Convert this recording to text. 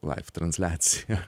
laif transliaciją